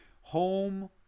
Home